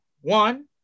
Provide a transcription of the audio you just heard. one